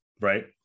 right